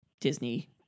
Disney